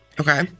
Okay